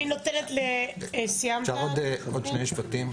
אפשר עוד שני משפטים?